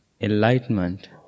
enlightenment